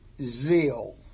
Zeal